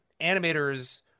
animators